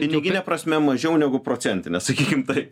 pinigine prasme mažiau negu procentine sakykim taip